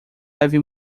leve